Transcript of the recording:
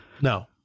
No